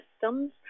systems